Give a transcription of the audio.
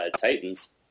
Titan's